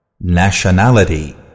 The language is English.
Nationality